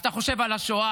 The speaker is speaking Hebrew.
אז אתה חושב על השואה.